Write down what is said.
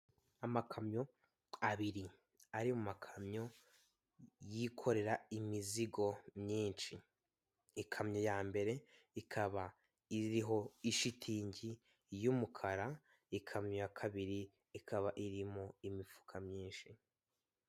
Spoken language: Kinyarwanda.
Amakamyo abiri ari mu makamyo yikorera imizigo myinshi, ikamyo ya mbere ikaba iriho ishitingi y'umukara, ikamyo ya kabiri ikaba irimo imifuka myinshi.